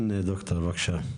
כן, ד"ר, בבקשה.